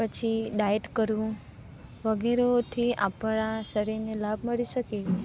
પછી ડાઈટ કરવું વગેરેથી આપણાં શરીરને લાભ મળી શકે